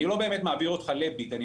אני לא באמת מעביר אותו ל"ביט" אלא אני